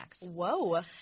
Whoa